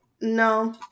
No